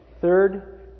Third